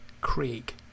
Craig